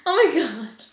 oh my gosh